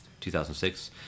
2006